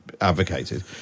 advocated